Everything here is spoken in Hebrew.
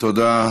תודה.